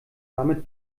damit